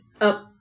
up